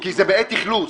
כי זה בעת אכלוס.